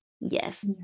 Yes